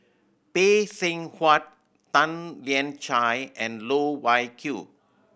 Phay Seng Whatt Tan Lian Chye and Loh Wai Kiew